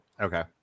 Okay